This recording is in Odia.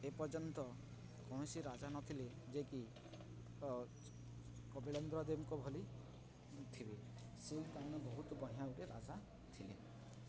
ଏ ପର୍ଯ୍ୟନ୍ତ କୌଣସି ରାଜା ନଥିବେ ଯିଏକି କପିଳେନ୍ଦ୍ର ଦେବଙ୍କ ଭଳି ଥିବେ ସେ ଜଣେ ବହୁତ ବଢ଼ିଆ ଗୋଟେ ରାଜା ଥିଲେ